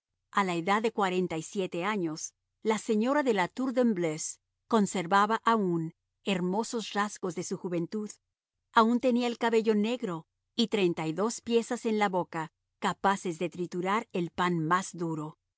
a la edad de cuarenta y siete años la señora de la tour de embleuse conservaba aún hermosos rasgos de su juventud aun tenía el cabello negro y treinta y dos piezas en la boca capaces de triturar el pan más duro